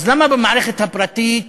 אז למה במערכת הפרטית